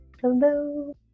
hello